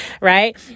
right